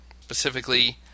Specifically